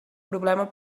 problema